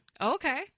Okay